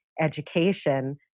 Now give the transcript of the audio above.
education